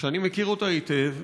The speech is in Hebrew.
שאני מכיר אותה היטב.